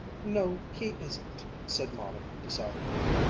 no, he isn't, said molly decidedly.